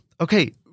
Okay